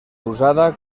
usada